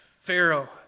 Pharaoh